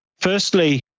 firstly